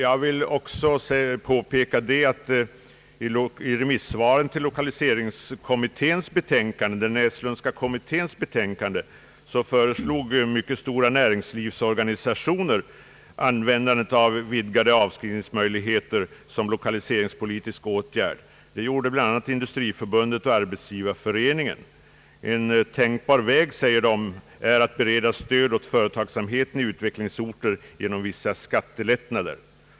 Jag vill också erinra om att i remisssvaren till den Näslundska kommitténs betänkande föreslog bl.a. Industriförbundet och Arbetsgivareföreningen användande av vidgade avskrivningsmedel såsom en lokaliseringspolitisk åtgärd. »En tänkbar väg», säger de, »är att bereda stöd åt företagsamheten i utvecklingsorter genom vissa skattelättnader.